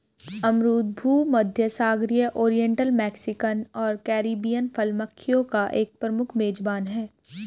अमरूद भूमध्यसागरीय, oriental, Mexican और कैरिबियन फल मक्खियों का एक प्रमुख मेजबान है